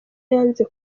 yanze